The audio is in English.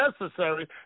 necessary